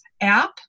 app